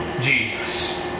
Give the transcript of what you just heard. Jesus